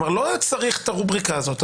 כלומר לא צריך את הרובריקה הזאת.